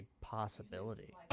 possibility